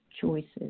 choices